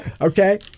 Okay